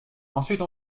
ensuite